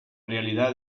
realidad